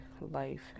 life